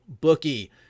bookie